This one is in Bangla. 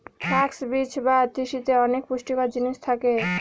ফ্লাক্স বীজ বা তিসিতে অনেক পুষ্টিকর জিনিস থাকে